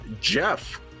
Jeff